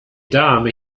dame